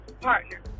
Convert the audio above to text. partner